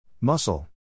Muscle